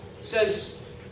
says